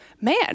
man